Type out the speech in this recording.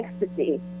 ecstasy